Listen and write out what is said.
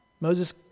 Moses